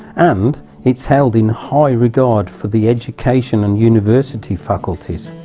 and it's held in high regard for the education and university faculties.